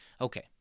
okay